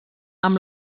amb